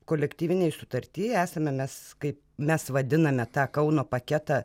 kolektyvinėj sutarty esame mes kaip mes vadiname tą kauno paketą